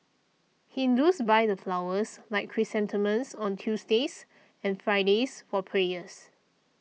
Hindus buy the flowers like chrysanthemums on Tuesdays and Fridays for prayers